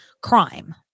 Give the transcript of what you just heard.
crime